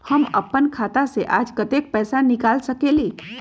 हम अपन खाता से आज कतेक पैसा निकाल सकेली?